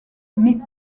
mais